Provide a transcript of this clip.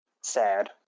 sad